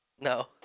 No